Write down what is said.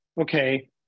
okay